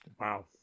Wow